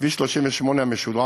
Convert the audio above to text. כביש 38 המשודרג,